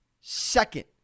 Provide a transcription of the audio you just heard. second